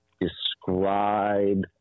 describe –